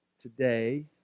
today